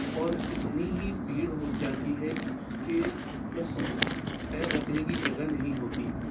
اور اتنی ہی بھیڑ ہو جاتی ہے کہ بس پیر رکھنے کی جگہ نہیں ہوتی